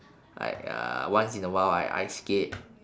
I uh once in a while I ice skate